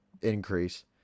increase